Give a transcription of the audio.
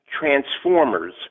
transformers